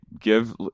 Give